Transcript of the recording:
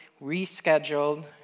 rescheduled